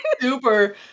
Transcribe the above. super